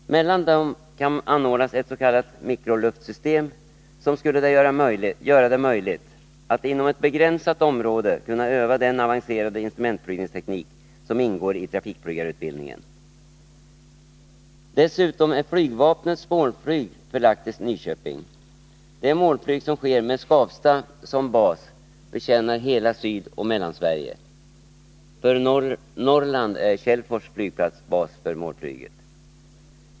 Mellan dem kan anordnas ett s.k. mikroluftsystem som skulle göra det möjligt att inom ett begränsat område öva den avancerade instrumentflygningsteknik som ingår i trafikflygarutbildningen. Dessutom är flygvapnets målflyg förlagt till Nyköping. Det målflyg som sker med Skavsta som bas betjänar hela Sydoch Mellansverige. För Norrland är Källfors flygplats bas för målflyg.